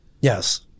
Yes